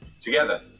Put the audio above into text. together